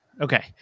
Okay